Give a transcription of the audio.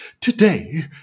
today